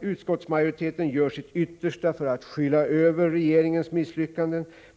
Utskottsmajoriteten gör sitt yttersta för att skyla över regeringens misslyckanden.